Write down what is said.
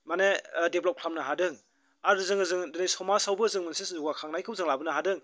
माने देभलप खालामनो हादों आरो जोङो दिनै समाजावबो जोङो मोनसे जौगाखांनायखौ जों लाबोनो हादों